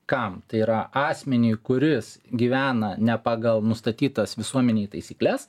kam tai yra asmeniui kuris gyvena ne pagal nustatytas visuomenei taisykles